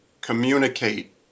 communicate